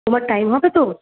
তোমার টাইম হবে তো